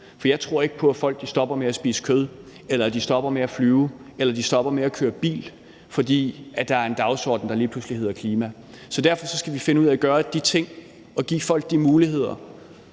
for jeg tror ikke på, at folk stopper med at spise kød, at de stopper med at flyve, eller at de stopper med at køre bil, fordi der lige pludselig er en dagsorden, der hedder klima. Så derfor skal vi finde ud af at gøre de ting og give folk de muligheder,